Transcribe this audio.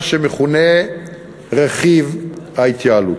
מה שמכונה "רכיב ההתייעלות".